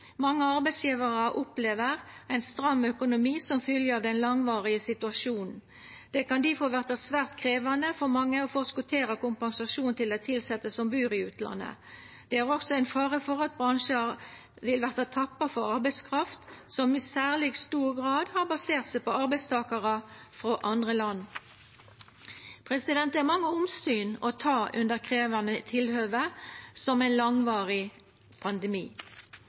Mange arbeidsgjevarar opplever ein stram økonomi som fylgje av den langvarige situasjonen. Det kan difor vera svært krevjande for mange å forskottera kompensasjon til dei tilsette som bur i utlandet. Det er også ein fare for at bransjar vil verta tappa for arbeidskraft, som i særleg stor grad har basert seg på arbeidstakarar frå andre land. Det er mange omsyn å ta under krevjande tilhøve, som ein langvarig pandemi.